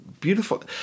beautiful